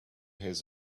his